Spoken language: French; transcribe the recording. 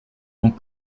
ont